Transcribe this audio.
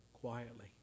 quietly